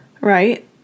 Right